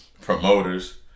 promoters